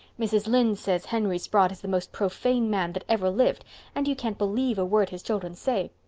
mrs. lynde says henry sprott is the most profane man that ever lived and you can't believe a word his children say.